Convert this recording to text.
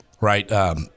right